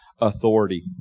authority